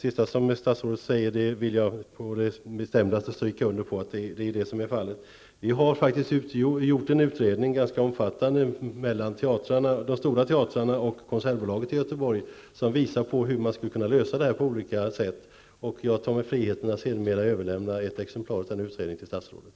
Fru talman! Jag vill på det bestämdaste understryka det sista som statsrådet sade. Det har gjorts en ganska omfattande utredning när det gäller de stora teatrarna och konsertbolaget i Göteborg som visar på hur frågan skulle kunna lösas på olika sätt. Jag tar mig friheten att senare överlämna ett exemplar av utredningen till statsrådet.